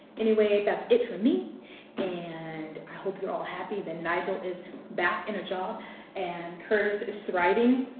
anyway that's it for me and i hope you're all happy that nigel is back in a job and curtis is thriving.